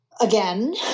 Again